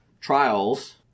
trials